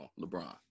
LeBron